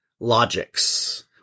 logics